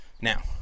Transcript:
now